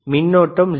மின்னோட்டம் 0